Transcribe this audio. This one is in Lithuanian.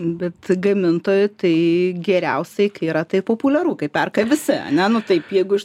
bet gamintojui tai geriausiai kai yra tai populiaru kai perka visai ne nu taip jeigu iš